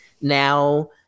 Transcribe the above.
now